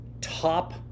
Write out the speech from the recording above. top